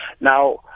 Now